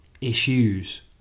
issues